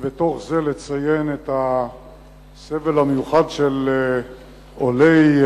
ובתוך זה לציין את הסבל המיוחד של עולי